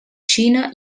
xina